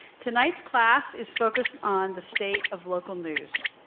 tonight's class is focused on the state of local news.